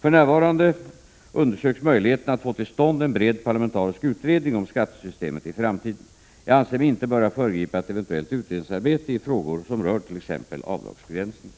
För närvarande undersöks möjligheterna att få till stånd en bred parlamentarisk utredning om skattesystemet i framtiden. Jag anser mig inte böra föregripa ett eventuellt utredningsarbete i frågor som rör t.ex. avdragsbegränsningen.